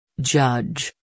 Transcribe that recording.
Judge